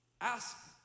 Ask